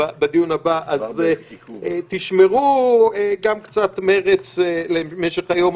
אז תשמרו גם קצת מרץ למשך היום.